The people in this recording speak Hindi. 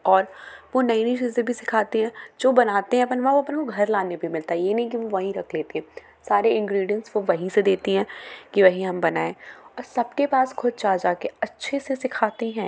और वो नई नई चीज़े भी सिखाती हैं जो बनाते हैं अपन वहाँ वो अपन को घर लाने भी मिलता है ये नहीं कि वो वहीं रख लेती हैं सारे इंग्रीडियेंट्स वो वहीं से देती हैं कि वहीं हम बनाऍं और सब के पास ख़ुद जा जा के अच्छे से सिखाती हैं